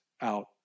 out